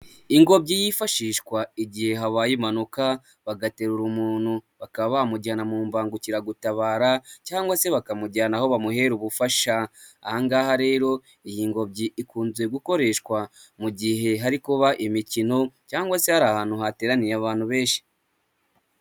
Ingobyi yifashishwa igihe habaye impanuka, bagaterura umuntu bakaba bamujyana mu mbangukiragutabara cyangwa se bakamujyana aho bamuhera ubufasha, aha ngaha rero iyi ngobyi ikunze gukoreshwa, mu gihe hari kuba imikino, cyangwa se hari ahantu hateraniye abantu benshi.